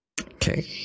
okay